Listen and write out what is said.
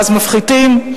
ואז מפחיתים.